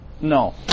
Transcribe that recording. No